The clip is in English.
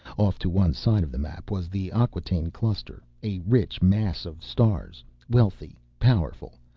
off to one side of the map was the acquataine cluster, a rich mass of stars wealthy, powerful,